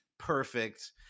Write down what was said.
perfect